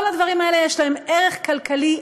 כל הדברים האלה, יש להם ערך כלכלי עצום,